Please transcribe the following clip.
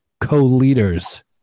co-leaders